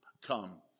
come